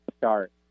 start